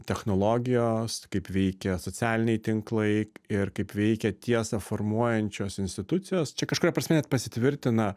technologijos kaip veikia socialiniai tinklai ir kaip veikia tiesą formuojančios institucijos čia kažkuria prasme net pasitvirtina